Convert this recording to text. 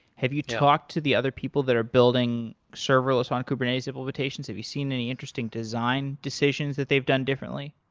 have you talk to the other people that are building serverless on kubernetes implementation? have you seen any interesting design decisions that they've done differently?